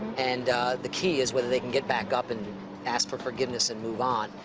and the key is whether they can get back up and ask for forgiveness and move on.